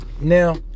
Now